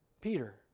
Peter